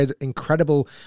incredible